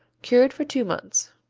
cured for two months.